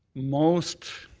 most